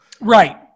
Right